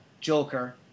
Joker